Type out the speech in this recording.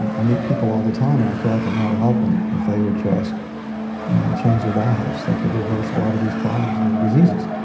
i meet people all the time. and i feel like i know how to help them, if they would just change their diets they could reverse a lot of these problems and their diseases.